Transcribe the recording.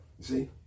See